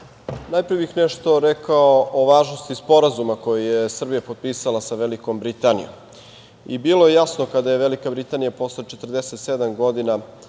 najpre bih nešto rekao o važnosti sporazuma koji je Srbija potpisala sa Velikom Britanijom. Bilo je jasno kada je Velika Britanija posle 47 godina